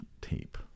tape